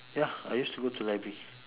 ya I used to go to library